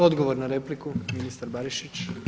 Odgovor na repliku ministar Barišić.